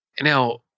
Now